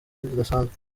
zidasanzwe